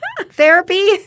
therapy